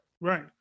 Right